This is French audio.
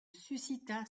suscita